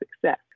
success